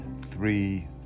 three